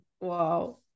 wow